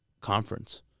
conference